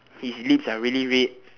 his lips are really red